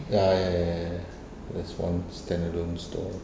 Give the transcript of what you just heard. ya ya ya ya there's one standalone stall